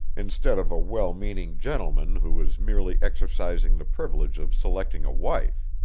instead of a well-meaning gentleman who is merely exercising the privilege of selecting a wife.